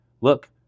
Look